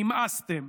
נמאסתם.